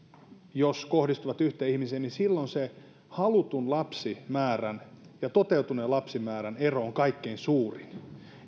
kohdistuvat yhteen ihmiseen niin silloin se halutun lapsimäärän ja toteutuneen lapsimäärän ero on kaikkein suurin